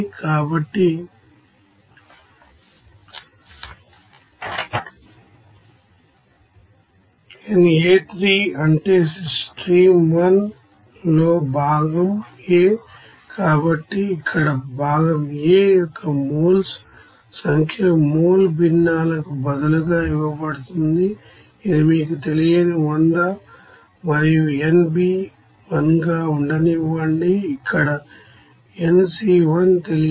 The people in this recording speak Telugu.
కాబట్టి nA1 అంటే స్ట్రీమ్ 1 లో భాగం A కాబట్టి ఇక్కడ భాగం A యొక్క మోల్స్ సంఖ్య మోల్ భిన్నాలకు బదులుగా ఇవ్వబడుతుంది ఇది మీకు తెలియని 100 మరియు n B 1 గా ఉండనివ్వండి ఇక్కడ nC 1 తెలియదు